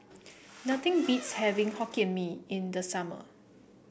nothing beats having Hokkien Mee in the summer